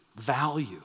value